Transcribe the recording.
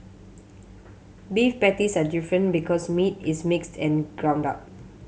beef patties are different because meat is mixed and ground up